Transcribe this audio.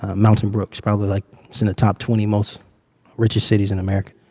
mountain brook's probably like it's in the top twenty most richest cities in america,